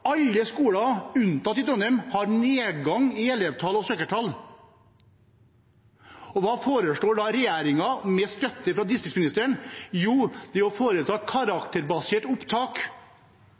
Alle skolene, unntatt i Trondheim, har nedgang i elevtall og søkertall. Hva foreslår da regjeringen med støtte fra distriktsministeren? Jo, de foreslår karakterbasert opptak,